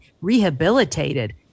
rehabilitated